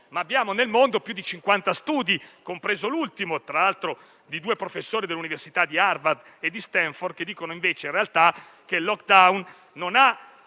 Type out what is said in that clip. ma abbiamo nel mondo più di 50 studi, compreso l'ultimo di due professori delle Università di Harvard e di Stanford, che dicono invece che in realtà il *lockdown* non ha